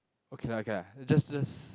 okay lah okay lah just let's